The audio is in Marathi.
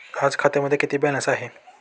आज खात्यामध्ये किती बॅलन्स आहे?